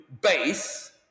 base